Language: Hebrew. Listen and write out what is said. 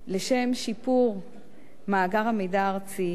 לשם שיפור מאגר המידע הארצי,